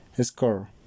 Score